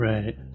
Right